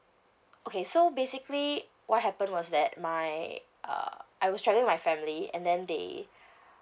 okay so basically what happened was that my uh I was travelling with my family and then they